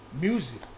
music